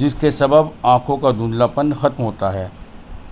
جس کے سبب آنکھوں کا دھندلا پن ختم ہوتا ہے